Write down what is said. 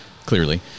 clearly